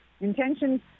Intentions